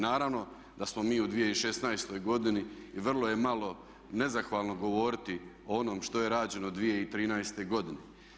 Naravno da smo mi u 2016.godini i vrlo je malo nezahvalno govoriti o onom što je rađeno 2013.godine.